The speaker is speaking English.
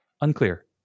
Unclear